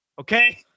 okay